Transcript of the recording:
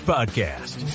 Podcast